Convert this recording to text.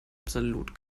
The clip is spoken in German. absolut